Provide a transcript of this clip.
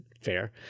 fair